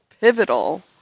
pivotal